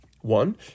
One